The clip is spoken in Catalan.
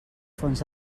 fons